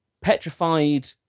petrified